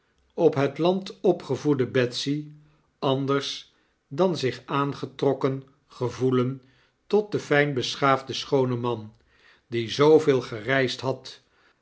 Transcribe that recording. op het land opgevoede betsy anders dan zich aangetrokken gevoelen tot den fijn beschaafden schoonen man die zooveel gereisd had